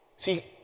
See